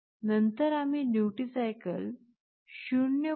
नंतर आम्ही duty cycle 0